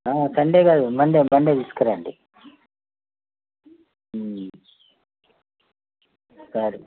Sunday కాదు Monday Monday తీసుకురండి సరే